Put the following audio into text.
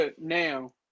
now